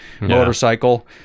motorcycle